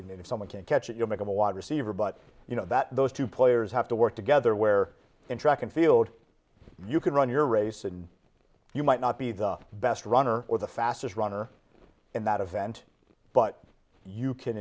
someone can catch it you'll make a wide receiver but you know that those two players have to work together where in track and field you can run your race and you might not be the best runner or the fastest runner in that event but you can